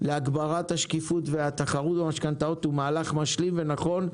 להגברת השקיפות והתחרות במשכנתאות הוא מהלך משלים ונכון.